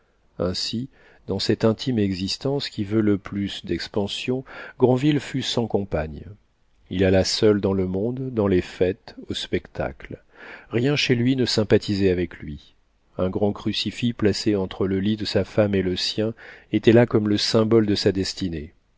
ainsi dans cette intime existence qui veut le plus d'expansion granville fut sans compagne il alla seul dans le monde dans les fêtes au spectacle rien chez lui ne sympathisait avec lui un grand crucifix placé entre le lit de sa femme et le sien était là comme le symbole de sa destinée